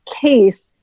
case